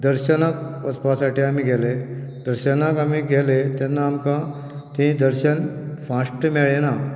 दर्शनाक वचपासाठी आमी गेले दर्शनाक आमी गेले तेन्ना आमकां थंय दर्शन फास्ट मेळ्ळे ना